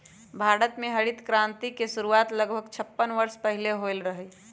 भारत में हरित क्रांति के शुरुआत लगभग छप्पन वर्ष पहीले होलय हल